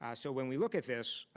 um so when we look at this,